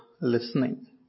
listening